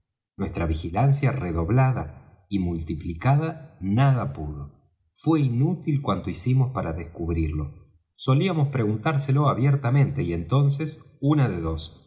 nuestra vigilancia redoblada y multiplicada nada pudo fué inútil cuanto hicimos para descubrirlo solíamos preguntárselo abiertamente y entonces una de dos